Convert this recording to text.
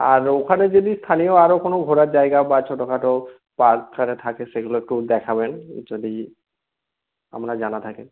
আর ওখানে যদি স্থানীয় আরও কোনো ঘোরার জায়গা বা ছোটো খাটো পার্ক আরে থাকে সেগুলো একটু দেখাবেন যদি আপনার জানা থাকে